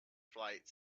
flight